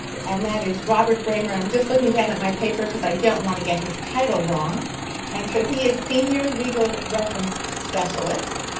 and that is robert brammer-i'm just looking down at my paper because i don't want to get his title wrong-and and so he is senior legal reference specialist,